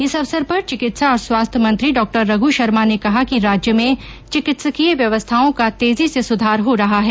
इस अवसर पर चिकित्सा और स्वास्थ्य मंत्री डॉ रघ्र शर्मा ने कहा कि राज्य में चिकित्सकीय व्यवस्थाओं का तेजी से सुधार हो रहा है